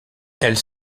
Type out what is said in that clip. elles